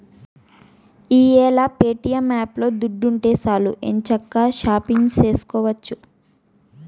ఈ యేల ప్యేటియం యాపులో దుడ్డుంటే సాలు ఎంచక్కా షాపింగు సేసుకోవచ్చు